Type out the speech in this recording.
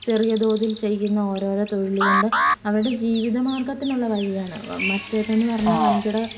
ചെറിയ തോതിൽ ചെയ്യുന്ന ഓരോരോ തൊഴിൽ കൊണ്ട് അവരുടെ ജീവിതമാർഗ്ഗത്തിനുള്ള വഴിയാണ് മറ്റേത് എന്ന് പറഞ്ഞാൽ വൻകിട